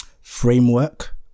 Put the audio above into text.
framework